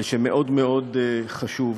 מאוד מאוד חשוב,